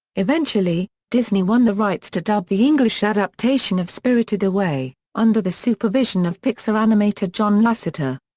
eventually, disney won the rights to dub the english adaptation of spirited away, under the supervision of pixar animator john lasseter.